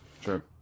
Sure